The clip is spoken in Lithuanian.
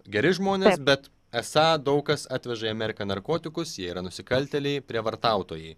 geri žmonės bet esą daug kas atveža į ameriką narkotikus jie yra nusikaltėliai prievartautojai